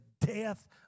death